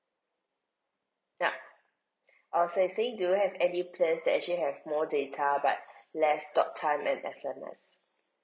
yup I was like saying do you have any plans that actually have more data but less talk time and S_M_S